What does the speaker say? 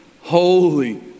holy